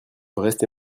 brest